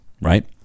right